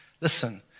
Listen